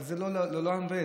אבל זה לא לעולם ועד,